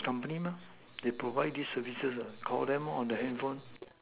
next company mah they provide these services lah Call them lor on the handphone